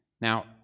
Now